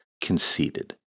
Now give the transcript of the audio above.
conceded